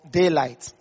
daylight